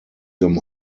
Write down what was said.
them